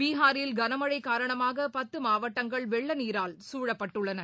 பீகாரில் கனமழை காரணமாக பத்து மாவட்டங்கள் வெள்ள நீரால் சூழப்பட்டுள்ளன